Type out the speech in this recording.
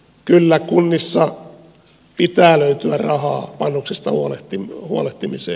kyllä kunnissa pitää löytyä rahaa vanhuksista huolehtimiseen